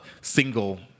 single